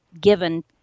given